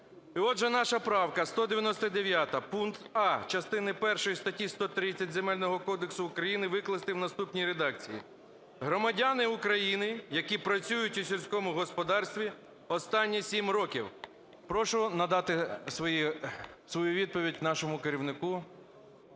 І отже, наша правка 199. "Пункт а) частини першої статті 130 Земельного кодексу Україні викласти в наступній редакції: "Громадяни України, які працюють у сільському господарстві останні 7 років". Прошу надати свою відповідь нашому керівнику.